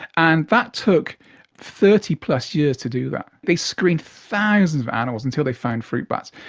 and that took thirty plus years to do that. they screened thousands of animals until they found fruit bats.